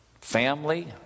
family